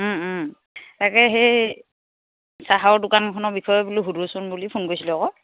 তাকে সেই চাহৰ দোকানখনৰ বিষয়ে বোলো সোধোচোন বুলি ফোন কৰিছিলোঁ আকৌ